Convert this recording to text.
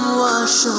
wash